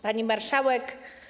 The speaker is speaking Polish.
Pani Marszałek!